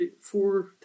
four